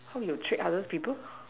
how you check other people